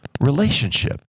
Relationship